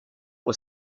was